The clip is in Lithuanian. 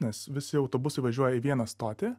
nes visi autobusai važiuoja į vieną stotį